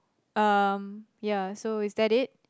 um ya so is that it